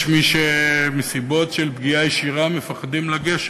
יש מי שמסיבות של פגיעה ישירה מפחדים לגשת.